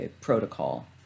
protocol